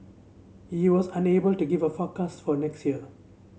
he was unable to give a forecast for next year